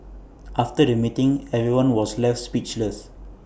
after the meeting everyone was left speechless